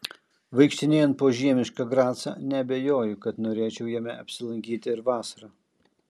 vaikštinėjant po žiemišką gracą neabejoju kad norėčiau jame apsilankyti ir vasarą